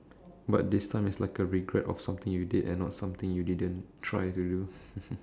but this time it's like a regret of something you did and not something you didn't try to do